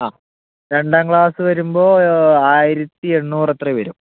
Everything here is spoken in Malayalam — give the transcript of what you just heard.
ആ രണ്ടാം ക്ലാസ്സ് വരുമ്പോൾ ആയിരത്തി എണ്ണൂറ് അത്രയും വരും